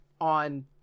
on